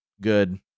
Good